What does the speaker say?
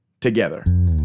together